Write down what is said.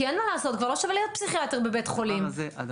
כי אין מה לעשות: כבר לא שווה להיות פסיכיאטר בבית חולים פסיכיאטרי.